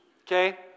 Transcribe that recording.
okay